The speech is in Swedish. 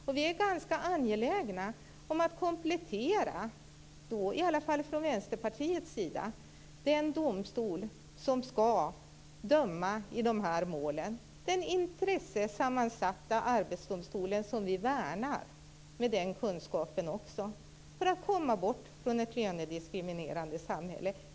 Åtminstone från Vänsterpartiets sida är vi ganska angelägna om att komplettera den domstol som skall döma i de här målen. Det gäller alltså den intressesammansatta Arbetsdomstolen med den kunskap som där finns och som vi värnar. Den behövs för att komma bort från ett lönediskrimerande samhälle.